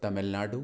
Tamil Nadu